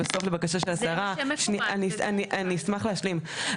בסוף לבקשה של השרה --- זה מה שאתם --- אני אשמח להשלים.